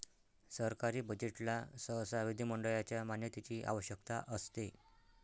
सरकारी बजेटला सहसा विधिमंडळाच्या मान्यतेची आवश्यकता असते